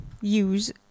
use